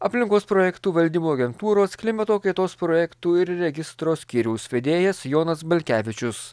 aplinkos projektų valdymo agentūros klimato kaitos projektų ir registro skyriaus vedėjas jonas balkevičius